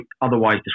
otherwise